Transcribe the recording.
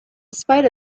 spite